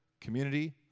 community